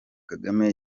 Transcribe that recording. kagame